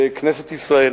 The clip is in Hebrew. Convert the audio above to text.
בכנסת ישראל,